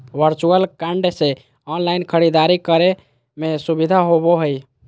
virtual card से online खरीदारी करे में सुबधा होबो हइ